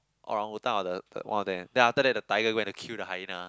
orangutan or the the one of them then like the tiger when to kill the hyena